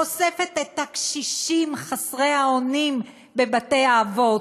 חושפת את הקשישים חסרי האונים בבתי-האבות,